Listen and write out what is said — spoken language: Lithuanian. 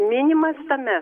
minimas tame